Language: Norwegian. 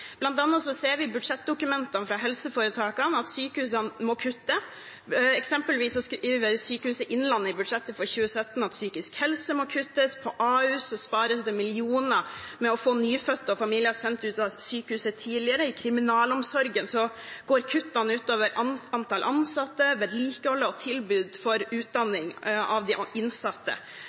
ser vi i budsjettdokumentene fra helseforetakene at sykehusene må kutte. Eksempelvis skriver Sykehuset Innlandet i budsjettet for 2017 at det må kuttes innen psykisk helse. På Ahus spares det millioner på å få nyfødte og familier sendt ut av sykehuset tidligere. I kriminalomsorgen går kuttene ut over antall ansatte, vedlikehold og tilbud om utdanning for de innsatte,